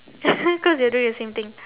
cause you're doing the same thing